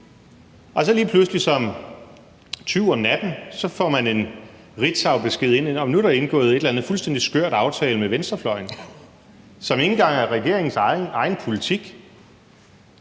Og så lige pludselig som en tyv om natten får man en ritzaubesked ind om, at nu er der indgået en eller anden skør aftale med venstrefløjen, som ikke engang er regeringens egen politik.